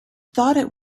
thought